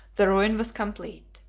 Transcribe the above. the ruin was complete,